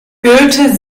goethe